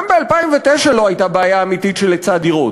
גם ב-2009 לא הייתה בעיה אמיתית של היצע דירות,